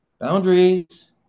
boundaries